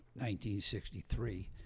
1963